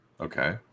Okay